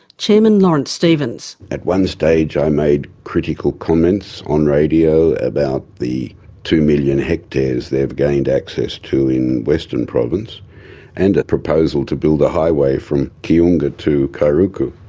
um and lawrence stephens at one stage i made critical comments on radio about the two million hectares they've gained access to in western province and a proposal to build a highway from kiunga to kairuku.